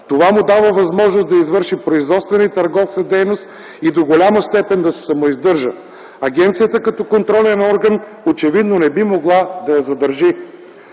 Това му дава възможност да извършва производствена и търговска дейност и до голяма степен да се самоиздържа. Агенцията като контролен орган очевидно не би могла да я задържи.